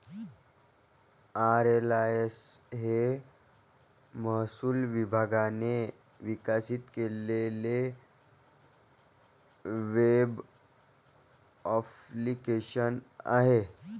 RLIS हे महसूल विभागाने विकसित केलेले वेब ॲप्लिकेशन आहे